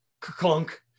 clunk